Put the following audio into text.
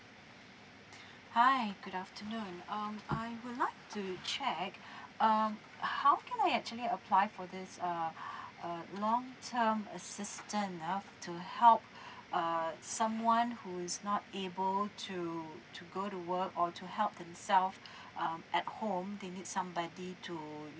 hi good afternoon um I would like to check um how can I actually apply for this err uh long term assistance ah to help uh someone who is not able to to go to work or to help themselves um at home they need somebody to